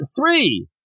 three